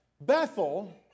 Bethel